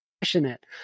passionate